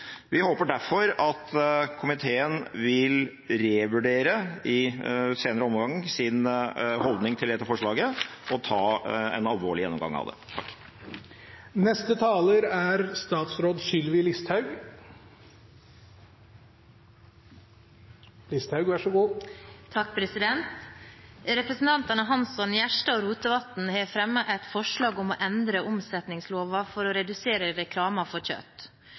Vi håper derfor at komiteen i en senere omgang vil revurdere sin holdning til dette forslaget og ta en alvorlig gjennomgang av det. Representantene Hansson, Gjerstad og Rotevatn har fremmet et forslag om å endre omsetningsloven for å redusere reklamen for kjøtt.